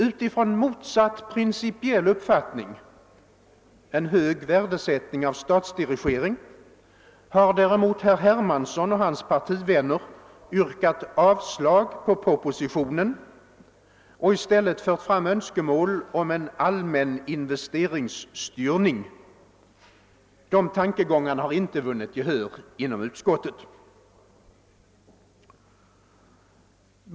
Utifrån motsatt principiell uppfattning — en hög värdesättning av statsdirigering — har däremot herr Hermansson och hans partivänner yrkat avslag på propositionen och i stället fört fram önskemål om en allmän investeringsstyrning. De tankegångarna har inte vunnit gehör inom utskottet.